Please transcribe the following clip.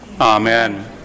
Amen